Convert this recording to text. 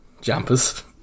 Jumpers